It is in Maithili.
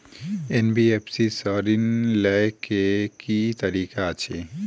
एन.बी.एफ.सी सँ ऋण लय केँ की तरीका अछि?